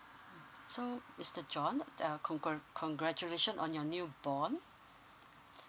so mister john uh congratulations on your new born